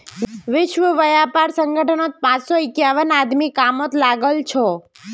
विश्व व्यापार संगठनत पांच सौ इक्यावन आदमी कामत लागल छ